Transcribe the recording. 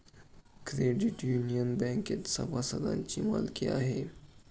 credit union बँकेत सभासदांची मालकी आहे